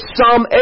Psalm